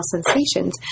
sensations